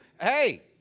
Hey